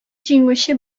җиңүче